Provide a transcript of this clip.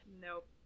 nope